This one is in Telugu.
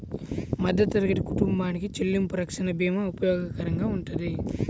మధ్యతరగతి కుటుంబాలకి చెల్లింపు రక్షణ భీమా ఉపయోగకరంగా వుంటది